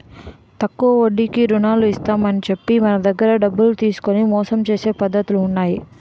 తక్కువ వడ్డీకి రుణాలు ఇస్తామని చెప్పి మన దగ్గర డబ్బులు తీసుకొని మోసం చేసే పద్ధతులు ఉన్నాయి